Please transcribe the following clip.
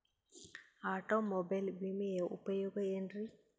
Automobile ವಿಮೆಯ ಉಪಯೋಗ ಏನ್ರೀ?